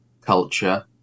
culture